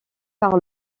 par